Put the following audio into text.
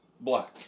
black